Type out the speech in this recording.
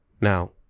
Now